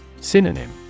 Synonym